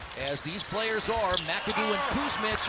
as these players are, mcadoo and kuzmic